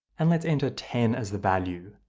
and let's enter ten as the value.